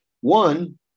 One